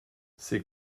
c’est